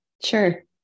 Sure